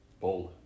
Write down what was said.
Bold